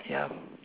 yup